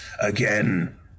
again